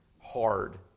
hard